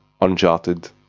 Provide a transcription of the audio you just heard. Uncharted